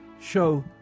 show